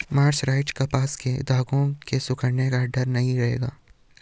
mercerised कपास के धागों के सिकुड़ने का डर नहीं रहता